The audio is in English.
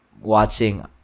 watching